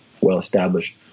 well-established